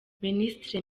minisitiri